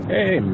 Hey